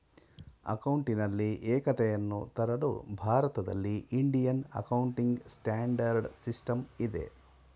ಅಕೌಂಟಿನಲ್ಲಿ ಏಕತೆಯನ್ನು ತರಲು ಭಾರತದಲ್ಲಿ ಇಂಡಿಯನ್ ಅಕೌಂಟಿಂಗ್ ಸ್ಟ್ಯಾಂಡರ್ಡ್ ಸಿಸ್ಟಮ್ ಇದೆ